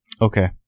Okay